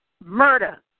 murder